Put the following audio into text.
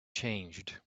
changed